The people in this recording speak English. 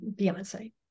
Beyonce